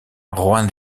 juan